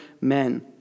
men